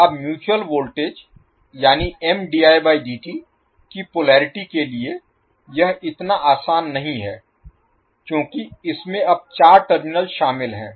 अब mutual voltage यानी की पोलेरिटी के लिए यह इतना आसान नहीं है क्योंकि इसमें अब चार टर्मिनल शामिल हैं